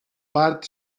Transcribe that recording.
part